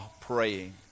praying